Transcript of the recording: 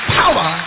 power